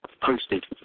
posted